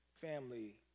family